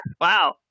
Wow